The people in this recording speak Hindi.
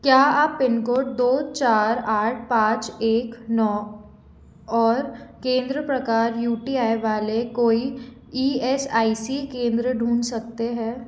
क्या आप पिन कोड दो चार आठ पाँच एक नौ और केंद्र प्रकार यू टी आई वाले कोई ई एस आई सी केंद्र ढूँढ सकते हैं